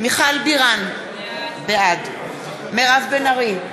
מיכל בירן, בעד מירב בן ארי,